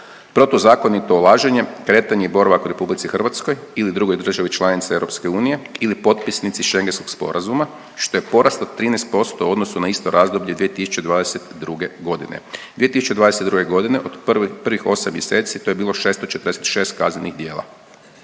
protuzakonito ulaženje, kretanje i boravak u RH ili drugoj državi članici Europske unije ili potpisnici Schengenskog sporazuma što je porast od 13% u odnosu na isto razdoblje 2022. godine. 2022. godine od prvih 8 mjeseci to je bilo 646 kaznenih djela.